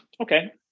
Okay